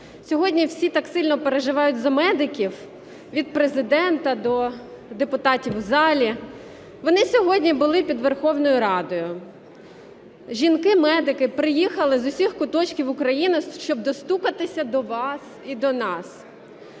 сьогодні всі так сильно переживають за медиків – від Президента до депутатів в залі. Вони сьогодні були під Верховною Радою. Жінки медики приїхали з усіх куточків України, щоб достукатись до вас і до нас.